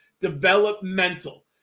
developmental